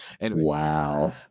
Wow